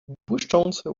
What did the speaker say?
błyszczące